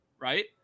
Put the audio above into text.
right